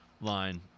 line